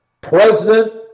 president